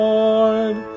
Lord